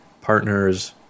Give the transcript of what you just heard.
partner's